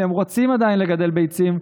שבהן הם רוצים עדיין לגדל ביצים.